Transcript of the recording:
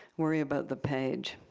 worry about the page.